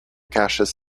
gaseous